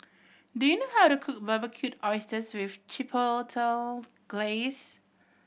do you know how to cook Barbecued Oysters with Chipotle Glaze